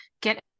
get